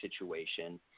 situation